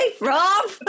Rob